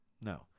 no